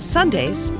Sundays